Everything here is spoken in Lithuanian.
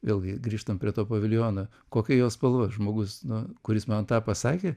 vėlgi grįžtam prie to paviljono kokia jo spalva žmogus nu kuris man tą pasakė